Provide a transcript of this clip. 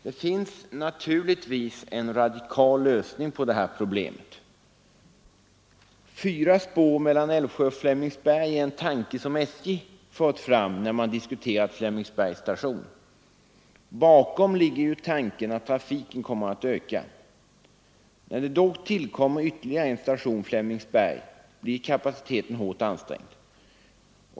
Det finns naturligtvis en radikal lösning på detta problem. Fyra spår mellan Älvsjö och Flemingsberg är en tanke som SJ har fört fram när man diskuterat Flemingsbergs station. Bakom ligger ju tanken att trafiken kommer att öka. När det då tillkommer ytterligare en station — Flemingsberg — blir kapaciteten hårt ansträngd.